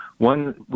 One